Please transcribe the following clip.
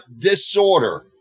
disorder